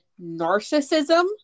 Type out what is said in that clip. narcissism